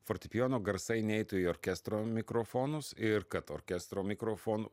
fortepijono garsai neitų į orkestro mikrofonus ir kad orkestro mikrofon